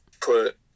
put